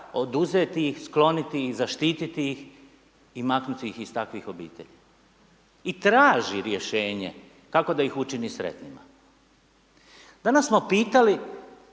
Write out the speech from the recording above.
oduzeti ih, skloniti ih, zaštiti ih i maknuti ih iz takvih obitelji i traži rješenje kako da ih učini sretnima. Danas smo pitali